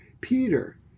Peter